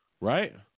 right